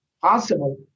possible